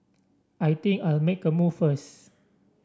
I think I'll make a move first